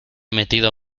metido